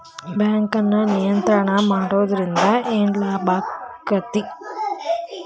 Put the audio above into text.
ಬ್ಯಾಂಕನ್ನ ನಿಯಂತ್ರಣ ಮಾಡೊದ್ರಿಂದ್ ಏನ್ ಲಾಭಾಕ್ಕತಿ?